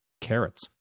Carrots